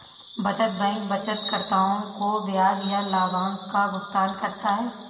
बचत बैंक बचतकर्ताओं को ब्याज या लाभांश का भुगतान करता है